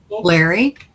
Larry